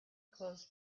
clothes